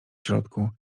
środku